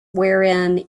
wherein